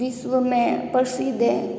विश्व में प्रसिद्ध है